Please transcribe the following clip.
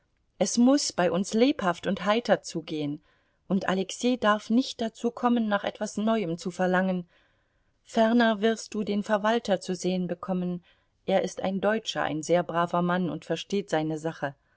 es muß bei uns lebhaft und heiter zugehen und alexei darf nicht dazu kommen nach etwas neuem zu verlangen ferner wirst du den verwalter zu sehen bekommen er ist ein deutscher ein sehr braver mensch und versteht seine sache